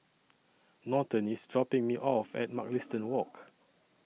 Norton IS dropping Me off At Mugliston Walk